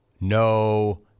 No